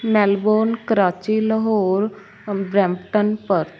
Melbourne Karachi Lahore Brampton Perth